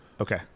okay